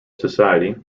society